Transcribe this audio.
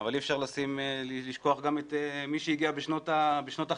אבל אי אפשר לשכוח גם את מי שהגיע בשנות ה-50